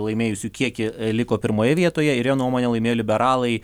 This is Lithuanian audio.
laimėjusių kiekį liko pirmoje vietoje ir jo nuomone laimėjo liberalai